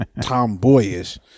tomboyish